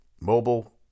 Mobile